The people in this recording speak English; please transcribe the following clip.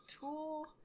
Tool